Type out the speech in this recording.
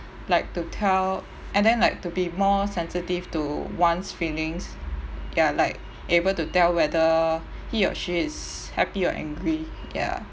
like to tell and then like to be more sensitive to one's feelings ya like able to tell whether he or she is happy or angry ya